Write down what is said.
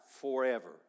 forever